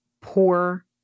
poor